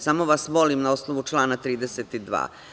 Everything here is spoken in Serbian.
Samo vas molim, na osnovu člana 32.